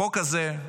החוק הזה,